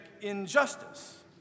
injustice